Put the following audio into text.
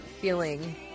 feeling